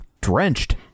drenched